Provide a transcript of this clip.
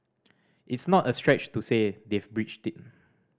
it's not a stretch to say they've breached it